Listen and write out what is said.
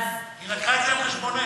היא לקחה את זה על חשבונך.